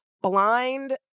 blind